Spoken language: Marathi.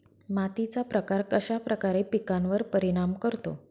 मातीचा प्रकार कश्याप्रकारे पिकांवर परिणाम करतो?